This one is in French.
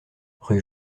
rue